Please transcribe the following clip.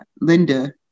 Linda